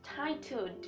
titled